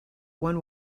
one